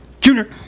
junior